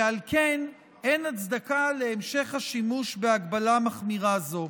ועל כן אין הצדקה להמשך השימוש בהגבלה מחמירה זו.